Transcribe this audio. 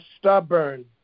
stubborn